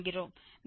மேலும் இது 0